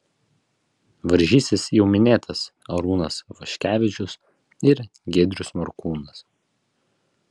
varžysis jau minėtas arūnas vaškevičius ir giedrius morkūnas